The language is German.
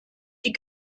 die